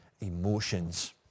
emotions